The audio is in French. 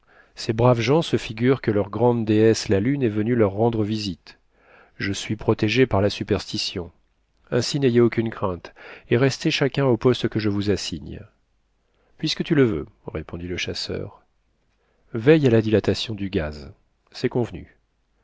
ces braves gens se figurent que leur grande déesse la lune est venue leur rendre visite je suis protégé par la superstition ainsi n'ayez aucune crainte et restez chacun au poste que je vous assigne puisque tu le veux répondit le chasseur veille à la dilatation du gaz c'est convenu